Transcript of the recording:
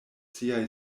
siaj